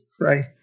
Right